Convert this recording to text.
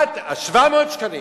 700 שקלים.